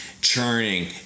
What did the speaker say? churning